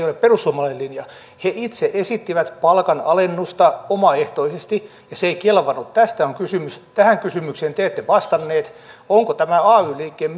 ole perussuomalainen linja he itse esittivät palkanalennusta omaehtoisesti ja se ei kelvannut tästä on kysymys tähän kysymykseen te te ette vastannut onko tämä ay liikkeen